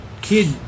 kid